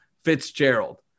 Fitzgerald